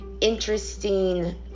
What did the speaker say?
interesting